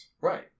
Right